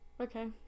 Okay